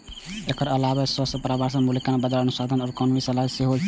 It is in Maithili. एकर अलावे ई सभ परामर्श, मूल्यांकन, बाजार अनुसंधान आ कानूनी सलाह सेहो दै छै